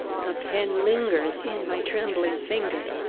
the pen lingers in my trembling fingers!